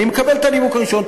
אני מקבל את הנימוק הראשון.